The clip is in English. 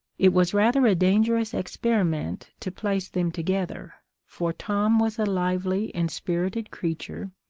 it was rather a dangerous experiment to place them together, for tom was a lively and spirited creature,